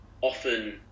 often